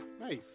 nice